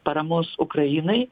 paramos ukrainai